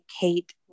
Kate